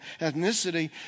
ethnicity